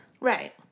Right